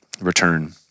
return